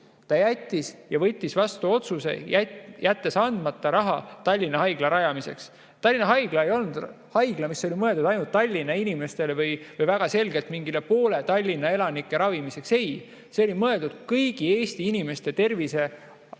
riiki, võttis ta vastu otsuse ja jättis andmata raha Tallinna Haigla rajamiseks. Tallinna Haigla ei olnud haigla, mis oli mõeldud ainult Tallinna inimestele või väga selgelt mingi poole Tallinna elanike ravimiseks. Ei, see oli mõeldud kõigi Eesti inimeste tervise